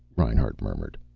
reinhart murmured.